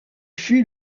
fut